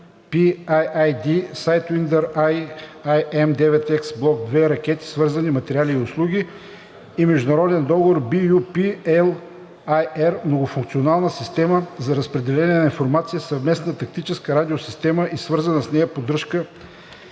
„Sidewinder AIM 9X Блок II ракети, свързани материали и услуги4“ и международен договор (LOA) BU-P-LAR „Многофункционална система за разпределение на информация – Съвместна тактическа радиосистема и свързана с нея поддръжка